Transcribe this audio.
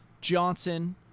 Johnson